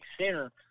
center